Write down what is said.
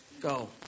go